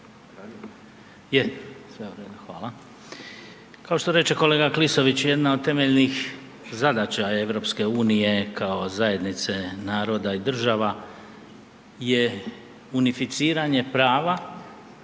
Kao što reče kolega Klisović jedna od temeljni zadaća EU kao zajednice naroda i država je unificiranje prava,